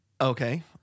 Okay